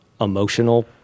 emotional